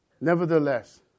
Nevertheless